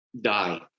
die